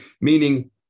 Meaning